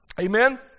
Amen